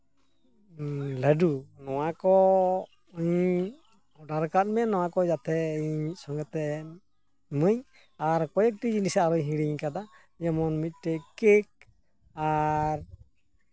ᱞᱟᱹᱰᱩ ᱱᱚᱣᱟᱠᱚ ᱤᱧ ᱚᱰᱟᱨ ᱠᱟᱜ ᱢᱮ ᱱᱚᱣᱟᱠᱚ ᱡᱟᱛᱮ ᱤᱧ ᱥᱚᱝᱜᱮᱛᱮ ᱢᱟᱹᱭ ᱟᱨ ᱠᱚᱭᱮᱠᱴᱤ ᱡᱤᱱᱤᱥ ᱟᱨᱚᱧ ᱦᱤᱲᱤᱧ ᱟᱠᱟᱫᱟ ᱡᱮᱢᱚᱱ ᱢᱤᱫᱴᱤᱡ ᱠᱮᱠ ᱟᱨ